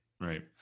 right